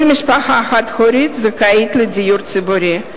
כל משפחה חד-הורית זכאית לדיור ציבורי.